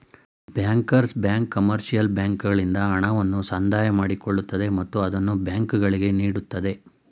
bankers bank commercial ಬ್ಯಾಂಕ್ಗಳಿಂದ ಹಣವನ್ನು ಸಂದಾಯ ಮಾಡಿಕೊಳ್ಳುತ್ತದೆ ಮತ್ತು ಅದನ್ನು ಬ್ಯಾಂಕುಗಳಿಗೆ ನೀಡುತ್ತದೆ